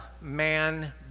man